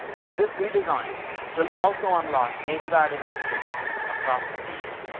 and this redesign will also unlock native ad inventory across the gdn